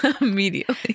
immediately